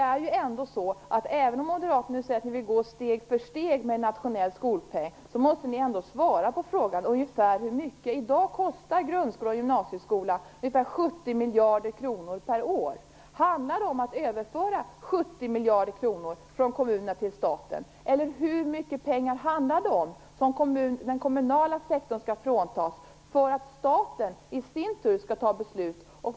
Även om Moderaterna nu säger att de vill gå steg för steg med en nationell skolpeng, måste ni ändå svara på frågan ungefär hur mycket pengar det handlar om. I dag kostar grundskolan och gymnasieskolan ungefär 70 miljarder kronor per år. Handlar det om att överföra 70 miljarder kronor från kommunerna till staten, eller hur mycket pengar handlar det om som skall tas från den kommunala sektorn för att staten i sin tur skall fatta beslut?